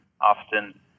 often